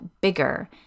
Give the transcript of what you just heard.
bigger